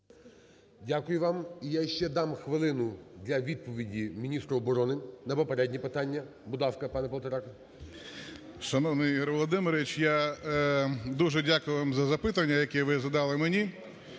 Дякую вам. І я ще дам хвилину для відповіді міністру оборони на попередні питання. Будь ласка, пане Полторак. 11:04:11 ПОЛТОРАК С.Т. Шановний Ігор Володимирович, я дуже дякую вам за запитання, яке ви задали мені.